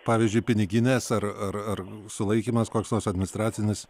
pavyzdžiui piniginės ar ar ar sulaikymas koks nors administracinis